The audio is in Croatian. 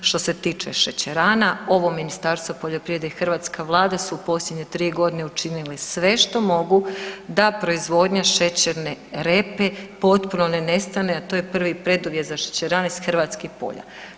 Što se tiče šećerana, ovo Ministarstvo poljoprivrede i hrvatska vlada su u posljednje 3.g. učinili sve što mogu da proizvodnja šećerne repe potpuno ne nestane, a to je prvi preduvjet za šećerane s hrvatskih polja.